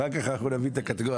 אחר כך אנחנו נבין את הקטגוריה.